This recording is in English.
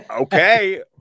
okay